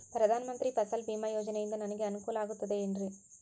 ಪ್ರಧಾನ ಮಂತ್ರಿ ಫಸಲ್ ಭೇಮಾ ಯೋಜನೆಯಿಂದ ನನಗೆ ಅನುಕೂಲ ಆಗುತ್ತದೆ ಎನ್ರಿ?